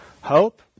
hope